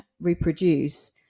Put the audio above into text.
reproduce